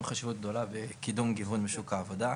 חשיבות גדולה בקידום גיוון בשוק העבודה.